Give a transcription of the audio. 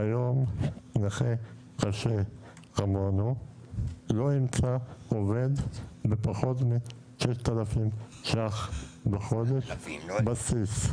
היום נכה קשה כמונו לא ימצא עובד בפחות מ-6,000 שקלים בחודש בסיס.